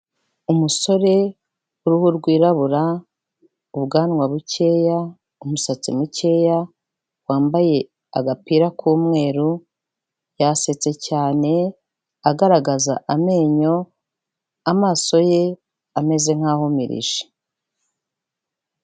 Umusore w'uruhu rwirabura, ubwanwa bukeya, umusatsi mukeya wambaye agapira k'umweru yasetse cyane agaragaza amenyo, amaso ye ameze nk'ahumirije.